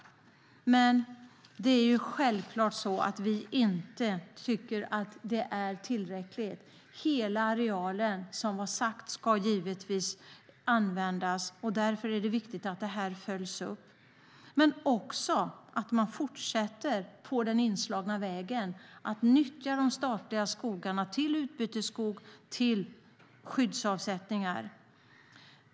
Självklart tycker vi inte att det är tillräckligt. Hela arealen ska givetvis användas. Därför är det viktigt att det följs upp. Det är viktigt att man fortsätter på den inslagna vägen genom att nyttja de statliga skogarna till utbytesskog och till skyddsavsättningar.